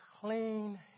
clean